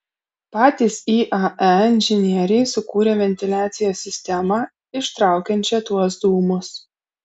patys iae inžinieriai sukūrė ventiliacijos sistemą ištraukiančią tuos dūmus